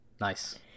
Nice